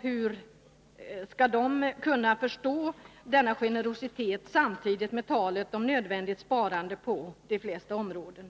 Hur skall de kunna förstå denna generositet samtidigt med talet om nödvändigt sparande på de flesta områden.